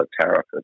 tariff